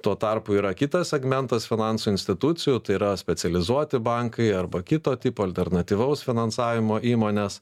tuo tarpu yra kitas segmentas finansų institucijų tai yra specializuoti bankai arba kito tipo alternatyvaus finansavimo įmonės